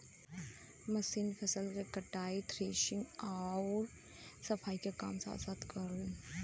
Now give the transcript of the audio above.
machine फसल क कटाई, थ्रेशिंग आउर सफाई के काम साथ साथ करलन